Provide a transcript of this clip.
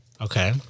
Okay